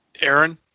Aaron